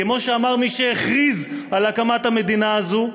כמו שאמר מי שהכריז על הקמת המדינה הזו,